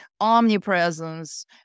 omnipresence